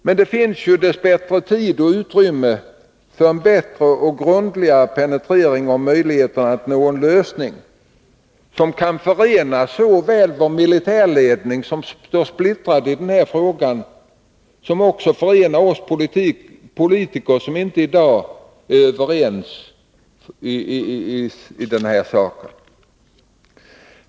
Dess bättre finns det tid och utrymme för en bättre och grundligare penetrering av möjligheterna att nå en lösning som kan förena såväl vår militärledning, som står splittrad i frågan, som oss politiker, som inte i dag är överens i frågan.